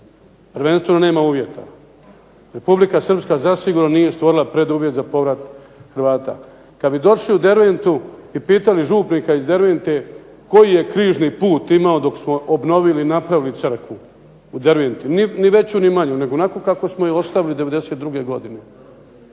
prvenstveno nema uvjeta. Republika Srpska zasigurno nije stvorila preduvjet za povrat Hrvata. Kad bi došli u Derventu i pitali župnika iz Dervente koji je križni put imao dok smo obnovili i napravili crkvu u Derventi, ni veću ni manju nego onakvu kakvu smo je ostavili '92. godine.